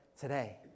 today